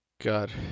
God